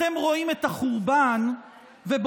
אתם רואים את החורבן ובוכים,